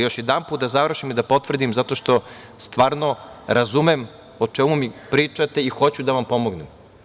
Još jednom, da završim i da potvrdim, zato što stvarno razumem o čemu mi pričate i hoću da vam pomognem.